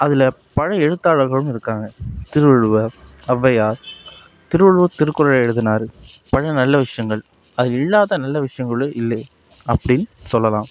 அதில் பல எழுத்தாளர்களும் இருக்காங்க திருவள்ளுவர் அவ்வையார் திருவள்ளுவர் திருக்குறளை எழுதினாரு பல நல்ல விஷயங்கள் அதில் இல்லாத நல்ல விஷயங்களே இல்லை அப்படின்னு சொல்லலாம்